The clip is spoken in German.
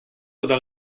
oder